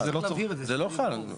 בדיוק זה לא חל.